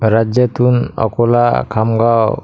राज्यातून अकोला खामगाव